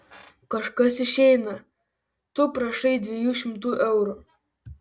kažkas išeina tu prašai dviejų šimtų eurų